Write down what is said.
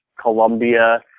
Colombia